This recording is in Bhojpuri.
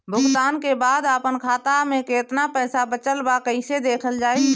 भुगतान के बाद आपन खाता में केतना पैसा बचल ब कइसे देखल जाइ?